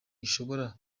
ishobora